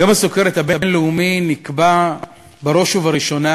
יום הסוכרת הבין-לאומי נקבע בראש ובראשונה